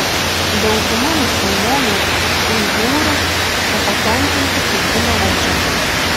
dauguma musulmonų uigūrų nepatenkinti pekino valdžia